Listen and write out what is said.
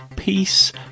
peace